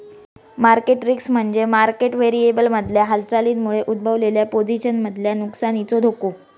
market risk म्हणजे market व्हेरिएबल्समधल्या हालचालींमुळे उद्भवलेल्या पोझिशन्समधल्या नुकसानीचो धोको